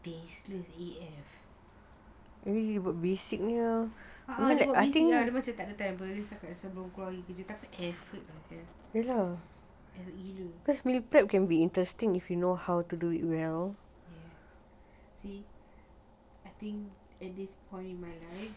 tasteless A_F dia buat basic dia macam tak ada table setakat sulung aku call tapi effort lah sia see I think at this point in my life